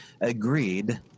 agreed